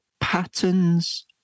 patterns